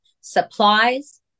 supplies